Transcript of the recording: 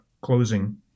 closing